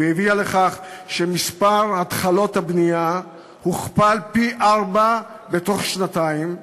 והביאה לכך שמספר התחלות הבנייה גדל פי-ארבעה בתוך שנתיים.